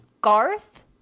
Garth